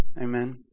Amen